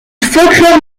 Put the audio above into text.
folklore